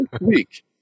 week